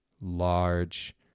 Large